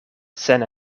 sen